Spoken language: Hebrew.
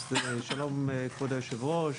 אז שלום, כבוד היושב-ראש.